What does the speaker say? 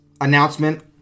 announcement